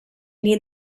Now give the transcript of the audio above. need